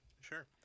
Sure